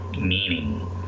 meaning